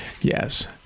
Yes